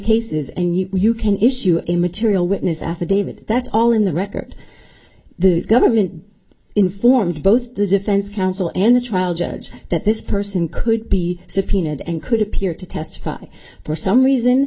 cases and you can issue a material witness affidavit that's all in the record the government informed both the defense counsel and the trial judge that this person could be subpoenaed and could appear to testify for some reason